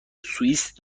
سوئیس